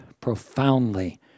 profoundly